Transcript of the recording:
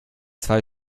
zwei